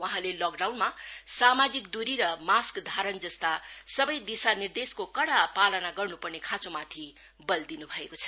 वहाँले लकडाउनमा सामाजिक दुरी र मास्क धारण जस्ता सबै दिशानिर्देशको कडा पालन गर्नु पर्ने खाँचोमाथि बल दिनु भएको छ